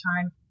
time